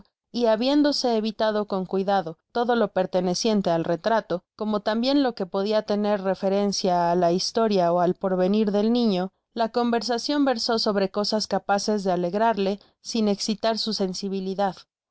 y habiéndose evitado con cuidado todo lo perteneciente al retrato como tambien lo que podia tener referencia á la historia ó al porvenir del niño la conversacion versó sobre cosas capaces de alegrarle sin excitar su sensibilidad